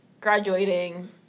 graduating